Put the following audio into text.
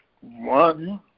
one